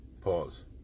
Pause